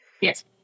Yes